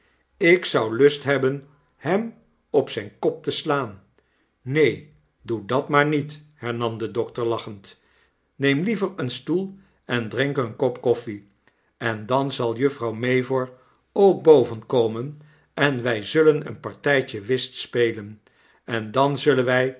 ik zou lust hebben hem op zijn kop te slaan neen doe dat maar niet hernam de dokter lachend neem liever een stoel en drink een kop koffie en dan zal juffrouw mavor ook boven komen en wij zullen een jjartijtje whist spelen en dan zullen wij